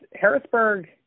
Harrisburg